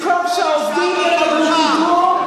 במקום שהעובדים יקבלו קידום,